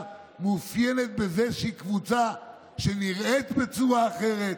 מאופיינת בזה שהיא קבוצה הנראית בצורה אחרת,